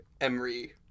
Emery